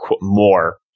more